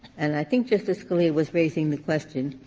and i think justice scalia was raising the question,